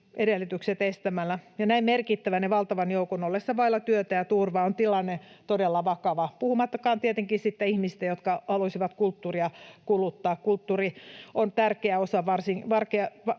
edellytykset estämällä, ja näin merkittävän ja valtavan joukon ollessa vailla työtä ja turvaa on tilanne todella vakava, puhumattakaan tietenkin sitten ihmisistä, jotka haluaisivat kulttuuria kuluttaa. Kulttuuri on varsin tärkeä osa